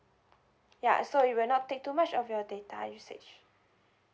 ya so it will not take too much of your data usage